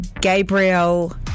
Gabriel